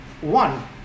one